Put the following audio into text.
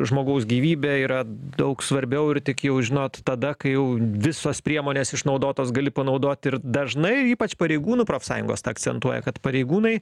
žmogaus gyvybė yra daug svarbiau ir tik jau žinot tada kai jau visos priemonės išnaudotos gali panaudot ir dažnai ypač pareigūnų profsąjungos tą akcentuoja kad pareigūnai